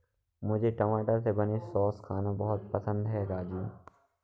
मुझे टमाटर से बने सॉस खाना बहुत पसंद है राजू